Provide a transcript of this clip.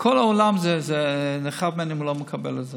כל העולם נחרב אם הוא לא מקבל את זה.